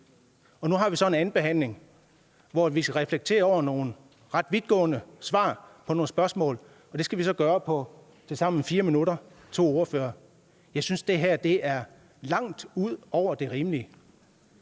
Nu har vi så en andenbehandling, hvor vi skal reflektere over nogle ret vidtgående svar på nogle spørgsmål, og det skal vi to ordførere så gøre på tilsammen 4 minutter. Jeg synes, det her er langt ud over det rimelige.